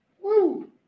Woo